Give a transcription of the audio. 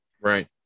right